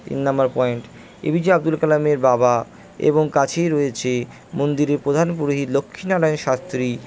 তিন number point APJ Abdul কালামের বাবা এবং কাছেই রয়েছে মন্দিরের প্রধান পুরোহিত লক্ষ্মী নারায়ণ শাস্ত্রী